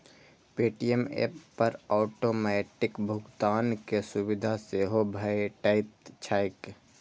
Paytm app पर automatic भुगतान के सुविधा सेहो भेटैत छैक